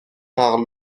par